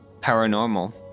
paranormal